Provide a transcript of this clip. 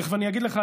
תכף אני אגיד לך.